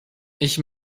ich